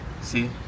See